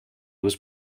was